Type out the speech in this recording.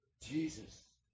Jesus